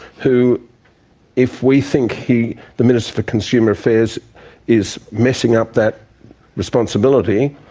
who if we think he. the minister for consumer affairs is messing up that responsibility,